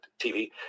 TV